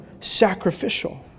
sacrificial